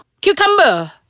Cucumber